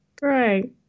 great